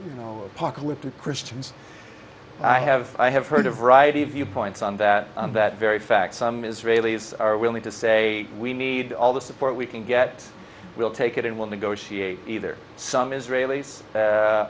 you know apocalyptic christians i have i have heard a variety of viewpoints on that that very fact some israelis are willing to say we need all the support we can get we'll take it in we'll negotiate either some israelis